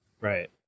Right